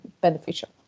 beneficial